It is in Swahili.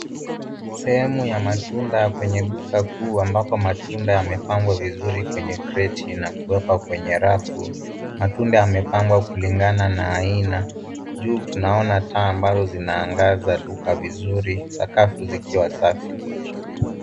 Sehemu ya matunda kwenye duka kuu ambapo matunda yamepangwa vizuri kwenye kreti na kuwekwa kwenye rafu. Matunda yamepangwa kulingana na aina, juu tunaona taa ambazo zinaangaza duka vizuri sakafu zikiwa safi.